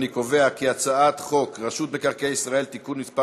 אני קובע כי הצעת חוק רשות מקרקעי ישראל (תיקון מס'